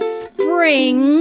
spring